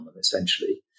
essentially